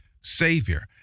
Savior